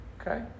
okay